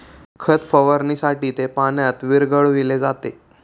खत फवारणीसाठी ते पाण्यात विरघळविले जाते